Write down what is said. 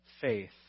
faith